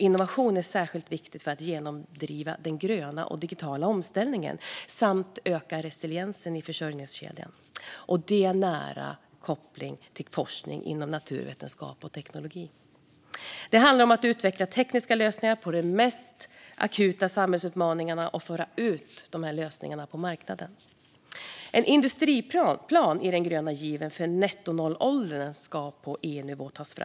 Innovation är särskilt viktigt för att vi ska kunna genomdriva den gröna och digitala omställningen samt öka resiliensen i försörjningskedjan, och detta har nära koppling till forskning inom naturvetenskap och teknologi. Det handlar om att utveckla tekniska lösningar på de mest akuta samhällsutmaningarna och föra ut dessa lösningar på marknaden. En industriplan i den gröna given för nettonollåldern ska tas fram på EU-nivå.